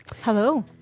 Hello